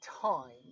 time